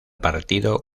partido